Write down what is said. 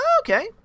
Okay